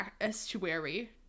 Estuary